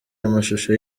amashusho